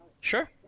Sure